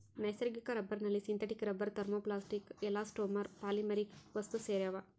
ನೈಸರ್ಗಿಕ ರಬ್ಬರ್ನಲ್ಲಿ synthetic rubber thermoplastic elastomer polymeric ವಸ್ತುಸೇರ್ಯಾವ